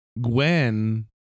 Gwen